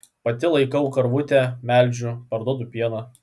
pati laikau karvutę melžiu parduodu pieną